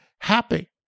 happy